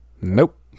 nope